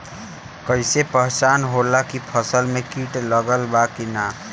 कैसे पहचान होला की फसल में कीट लग गईल बा?